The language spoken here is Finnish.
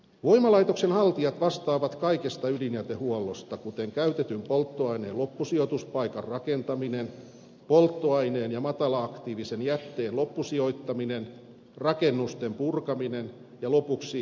voimalaitoksen haltijat vastaavat kaikesta ydinjätehuollosta kuten käytetyn polttoaineen loppusijoituspaikan rakentamisesta polttoaineen ja matala aktiivisen jätteen loppusijoittamisesta rakennusten purkamisesta ja lopuksi voimalaitospaikan maisemoinnista